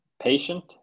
patient